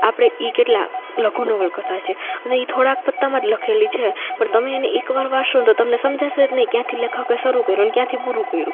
આપણે એ કેટલાં લઘુ નવલકથા છે અને એ થોડાંક પત્તામાં જ લખેલી છે પણ તમે એને એકવાર વાંચશો ને તો તમને સમજાશે જ નહીં ક્યાંથી લેખકે શરૂ કર્યું ને ક્યાંથી પૂરું કર્યું